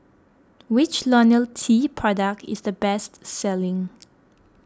which Ionil T product is the best selling